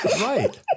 Right